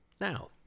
now